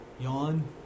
yawn